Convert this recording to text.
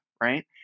right